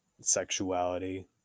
sexuality